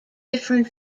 different